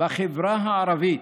בחברה הערבית.